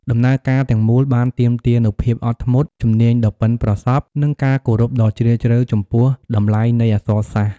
ដំណើរការទាំងមូលបានទាមទារនូវភាពអត់ធ្មត់ ជំនាញដ៏ប៉ិនប្រសប់ និងការគោរពដ៏ជ្រាលជ្រៅចំពោះតម្លៃនៃអក្សរសាស្ត្រ។